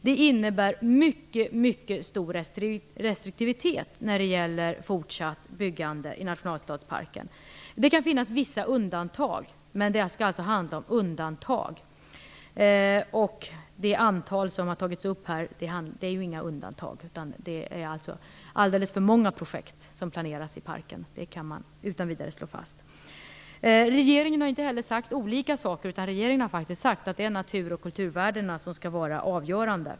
Det innebär mycket stor restriktivitet när det gäller fortsatt byggande i nationalstadsparken. Det kan finnas vissa undantag, men det skall alltså handla om undantag. Det antal projekt som här har tagits upp kan inte sägas vara några undantag. Det är alltså alldeles för många projekt som planeras i parken - det kan man utan vidare slå fast. Regeringen har inte heller sagt olika saker, utan regeringen har faktiskt sagt att det är natur och kulturvärdena som skall vara avgörande.